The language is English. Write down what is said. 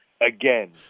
Again